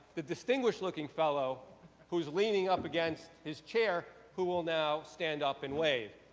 the distinguished looking fellow who is leaning up against his chair who will now stand up and wave.